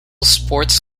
sports